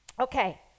Okay